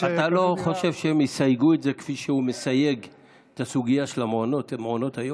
אתה לא חושב שהם יסייגו את זה כפי שהוא מסייג את הסוגיה של מעונות היום?